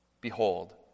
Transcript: behold